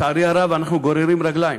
לצערי הרב, אנחנו גוררים רגליים.